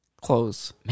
Close